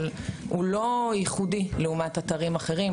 אבל הוא לא ייחודי לעומת אתרים אחרים,